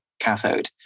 cathode